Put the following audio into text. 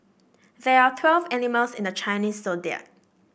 there are twelve animals in the Chinese Zodiac